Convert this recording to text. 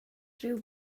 rhyw